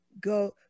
go